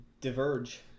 diverge